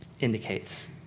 indicates